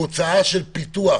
הוא הוצאה של פיתוח.